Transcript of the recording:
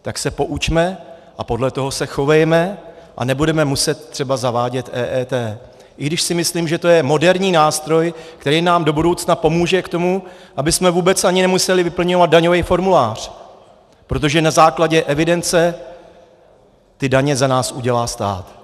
Tak se poučme a podle toho se chovejme a nebudeme muset třeba zavádět EET, i když si myslím, že to je moderní nástroj, který nám do budoucna pomůže k tomu, abychom vůbec ani nemuseli vyplňovat daňový formulář, protože na základě evidence ty daně za nás udělá stát.